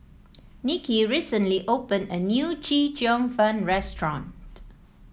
Nicky recently opened a new Chee Cheong Fun restaurant